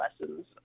lessons